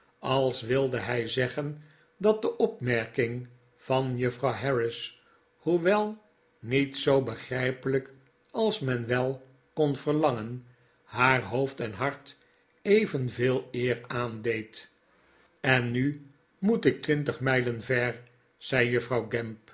als wilde hij zeggen dat de opmerking van juffrouw harris hoewel niet zoo begrijpelijk als men wel kon verlangen haar hoofd en hart evenveel eer aandeed en nu moet ik twintig mijlen ver zei juffrouw